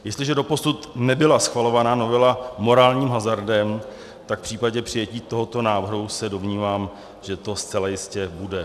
Jestliže doposud nebyla schvalovaná novela morálním hazardem, tak v případě přijetí tohoto návrhu se domnívám, že to zcela jistě bude.